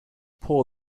pour